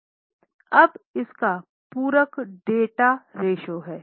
अब इसका पूरक डेब्ट रेश्यो है